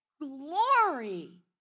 glory